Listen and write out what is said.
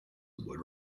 would